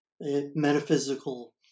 Metaphysical